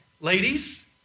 Ladies